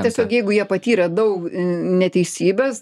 tiesiog jeigu jie patyrė daug neteisybės